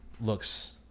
looks